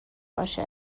باشه